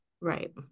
right